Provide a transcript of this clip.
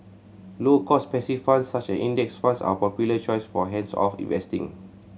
low cost passive funds such as Index Funds are a popular choice for hands off investing